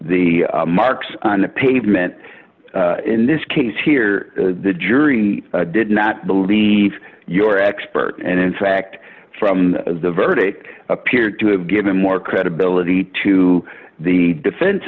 the marks on the pavement in this case here the jury did not believe your expert and in fact from the verdict appeared to have given more credibility to the defense